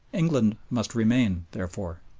england must remain, therefore.